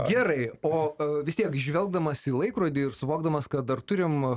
gerai o vis tiek žvelgdamas į laikrodį ir suvokdamas kad dar turim